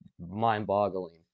mind-boggling